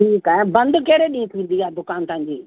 ठीकु आहे बंद कहिड़े ॾींहं थींदी आहे दुकानु तव्हांजी